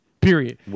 Period